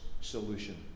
solution